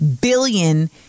billion